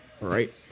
Right